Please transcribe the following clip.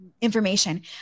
information